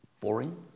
boring